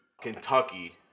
Kentucky